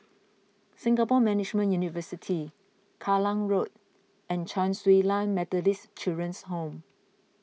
Singapore Management University Kallang Road and Chen Su Lan Methodist Children's Home